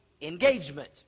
engagement